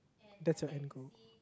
that's your end goal